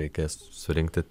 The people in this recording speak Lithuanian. reikės surinkti